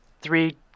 three